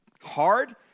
hard